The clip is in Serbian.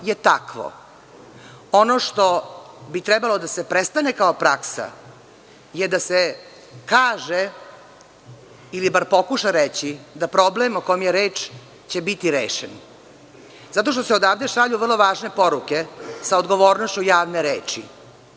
je takvo. Ono što bi trebalo da se prestane kao praksa je da se kaže ili bar pokuša reći da problem o kom je reč će biti rešen, zato što se odavde šalju vrlo važne poruke sa odgovornošću javne reči.